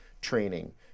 training